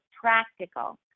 practical